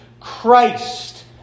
Christ